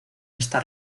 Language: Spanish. esta